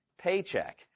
paycheck